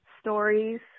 stories